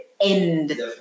end